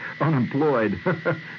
unemployed